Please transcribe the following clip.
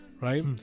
right